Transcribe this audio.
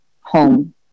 home